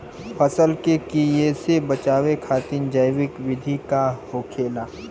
फसल के कियेसे बचाव खातिन जैविक विधि का होखेला?